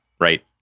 right